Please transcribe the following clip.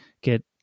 get